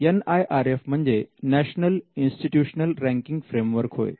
NIRF म्हणजे National Institutional Ranking Framework होय